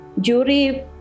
jury